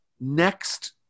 next